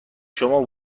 شما